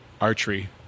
archery